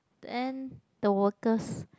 then the workers